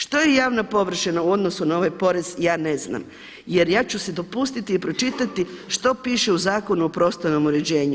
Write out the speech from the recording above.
Što je javna površina u odnosu na ovaj porez ja ne znam, jer ja ću si dopustiti pročitati što piše u Zakonu o prostornom uređenju.